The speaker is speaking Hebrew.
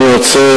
אני רוצה,